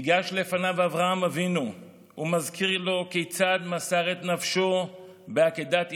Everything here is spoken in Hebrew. ניגש לפניו אברהם אבינו והזכיר לו כיצד מסר את נפשו בעקדת יצחק,